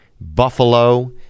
Buffalo